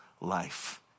life